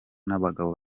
n’abagabo